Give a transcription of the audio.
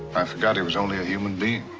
i forgot he was only a human being.